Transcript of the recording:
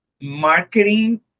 marketing